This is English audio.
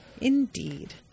Indeed